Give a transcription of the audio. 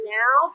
now